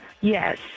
Yes